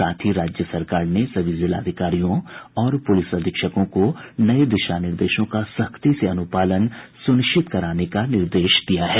साथ ही राज्य सरकार ने सभी जिलाधिकारियों और पुलिस अधीक्षकों को नये दिशा निर्देशों का सख्ती से अनुपालन सुनिश्चित कराने का निर्देश दिया गया है